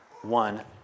One